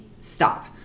stop